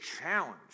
challenge